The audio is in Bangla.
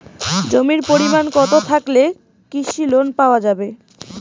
জমির পরিমাণ কতো থাকলে কৃষি লোন পাওয়া যাবে?